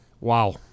Wow